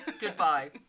Goodbye